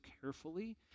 carefully